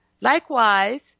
Likewise